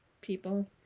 People